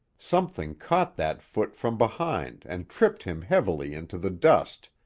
something caught that foot from behind and tripped him heavily into the dust,